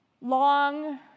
long